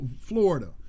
Florida